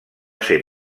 ser